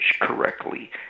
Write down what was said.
correctly